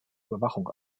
überwachung